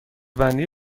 بندی